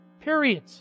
Period